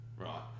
right